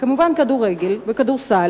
וכמובן כדורגל וכדורסל,